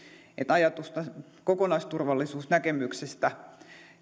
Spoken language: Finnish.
ajatusta kokonaisturvallisuusnäkemyksestä